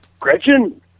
Gretchen